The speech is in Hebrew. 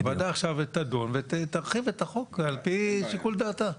והוועדה תדון בו עכשיו ותרחיב את החוק על פי שיקול דעתה.